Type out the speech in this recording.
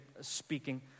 speaking